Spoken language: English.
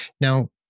Now